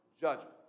judgment